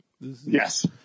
Yes